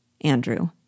Andrew